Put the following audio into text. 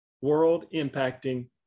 world-impacting